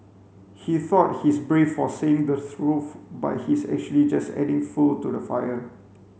he thought he's brave for saying the truth but he's actually just adding fuel to the fire